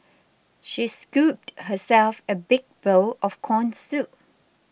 she scooped herself a big bowl of Corn Soup